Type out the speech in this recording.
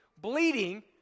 bleeding